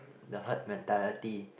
the herd mentality